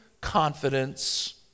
confidence